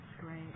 great